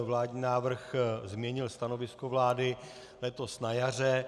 Vládní návrh změnil stanovisko vlády letos na jaře.